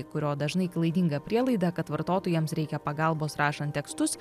kurio dažnai klaidinga prielaida kad vartotojams reikia pagalbos rašant tekstus